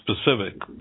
specific